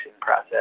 process